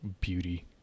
beauty